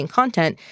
content